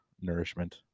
nourishment